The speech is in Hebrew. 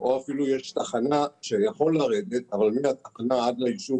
או אפילו אם יש תחנה שאפשר לרדת בה אבל אי אפשר להגיע מהתחנה עד ליישוב